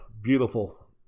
beautiful